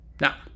Now